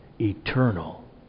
eternal